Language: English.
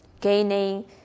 gaining